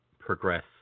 Progress